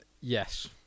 Yes